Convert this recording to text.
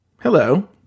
hello